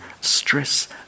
stress